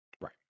Right